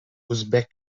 uzbek